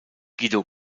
guido